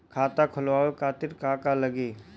खाता खोलवाए खातिर का का लागी?